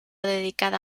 dedicada